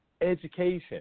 education